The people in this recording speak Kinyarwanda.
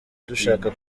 dushaka